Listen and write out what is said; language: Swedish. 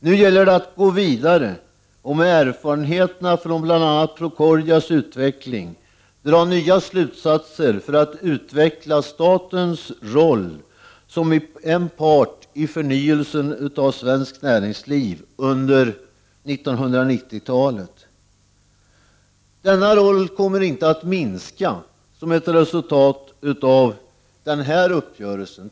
Nu gäller det att gå vidare och med erfarenheterna från bl.a. Procordias utveckling dra nya slutsatser för att utveckla statens roll, som en part i förnyelsen av svenskt näringsliv under 1990-talet. Denna roll kommer inte att minska i betydelse efter denna uppgörelse.